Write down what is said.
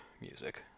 music